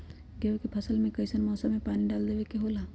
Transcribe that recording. गेहूं के फसल में कइसन मौसम में पानी डालें देबे के होला?